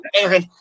Aaron